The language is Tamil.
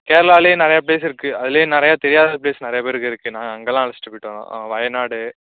கேரளாவிலே நிறையா பிளேஸ் இருக்கு அதுலே நிறையா தெரியாத பிளேஸ் நிறையா பேருக்கு இருக்கு நாங்கள் அங்கேலாம் அழைச்சிட்டு போயிவிட்டு வரோம் வயநாடு